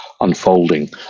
unfolding